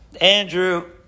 Andrew